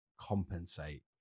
compensate